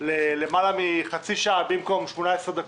למעלה מחצי שעה במקום 18 דקות,